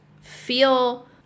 feel